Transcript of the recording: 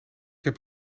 heb